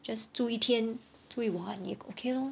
just 住一天住一晚也 okay lor